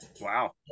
Wow